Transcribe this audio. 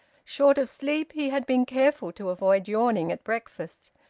short of sleep, he had been careful to avoid yawning at breakfast,